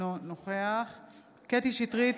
אינו נוכח קטי קטרין שטרית,